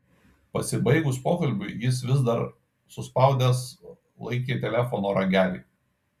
pasibaigus pokalbiui jis vis dar suspaudęs laikė telefono ragelį